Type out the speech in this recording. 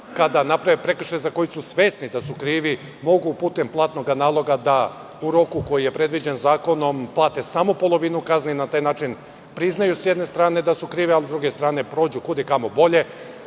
kada naprave prekršaj, za koji su svesni da su krivi, mogu putem platnog naloga da u roku koji je predviđen zakonom plate samo polovinu kazne i na taj način priznaju s jedne strane da su krivi, a s druge strane, da prođu kud i kamo bolje. Dobro